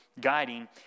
guiding